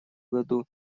году